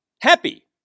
happy